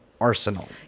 Arsenal